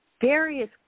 various